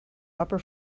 upper